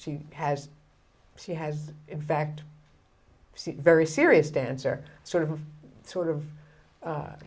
she has she has in fact seen very serious dancer sort of sort of